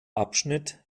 abschnitt